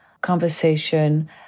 conversation